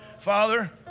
Father